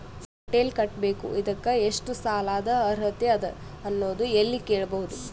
Hotel ಕಟ್ಟಬೇಕು ಇದಕ್ಕ ಎಷ್ಟ ಸಾಲಾದ ಅರ್ಹತಿ ಅದ ಅನ್ನೋದು ಎಲ್ಲಿ ಕೇಳಬಹುದು?